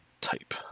Type